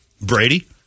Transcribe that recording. Brady